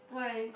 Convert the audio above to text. why